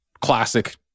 classic